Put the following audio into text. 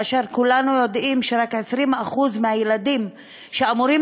כי כולנו יודעים שרק 20% מהילדים שאמורים